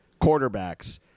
quarterbacks